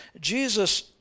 Jesus